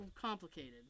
complicated